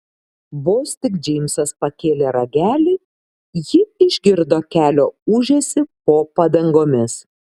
vos tik džeimsas pakėlė ragelį ji išgirdo kelio ūžesį po padangomis